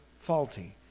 faulty